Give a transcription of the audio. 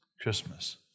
Christmas